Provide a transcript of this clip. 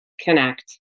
connect